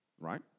Right